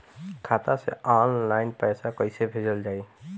खाता से ऑनलाइन पैसा कईसे भेजल जाई?